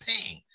paying